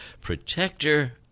protector